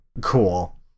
cool